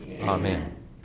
Amen